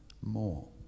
more